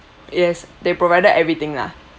yes they provided everything lah